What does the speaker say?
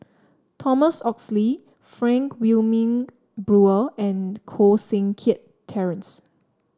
Thomas Oxley Frank Wilmin Brewer and Koh Seng Kiat Terence